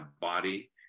body